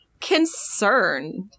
concerned